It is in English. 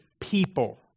people